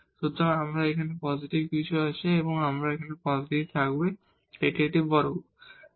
সুতরাং এখানে আমাদের পজিটিভ কিছু আছে এবং এখানেও আমাদের পজিটিভ থাকবে এটি একটি বর্গ